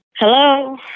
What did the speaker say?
Hello